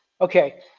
Okay